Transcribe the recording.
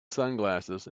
sunglasses